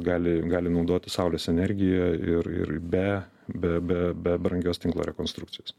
gali gali naudotis saulės energija ir ir be be be be brangios tinklo rekonstrukcijos